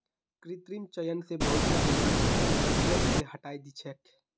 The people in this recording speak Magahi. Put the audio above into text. कृत्रिम चयन स बहुतला बीमारि पूरा नस्ल स हटई दी छेक